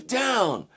down